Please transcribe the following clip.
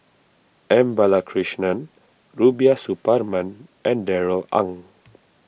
M Balakrishnan Rubiah Suparman and Darrell Ang